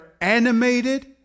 animated